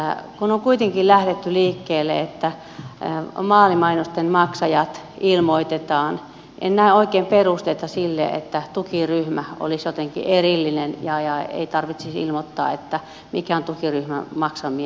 kun on kuitenkin lähdetty liikkeelle että vaalimainosten maksajat ilmoitetaan en näe oikein perusteita siihen että tukiryhmä olisi jotenkin erillinen ja ei tarvitsisi ilmoittaa mitkä ovat tukiryhmän maksamia